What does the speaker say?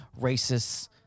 racists